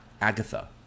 Agatha